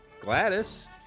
gladys